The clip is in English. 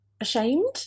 ashamed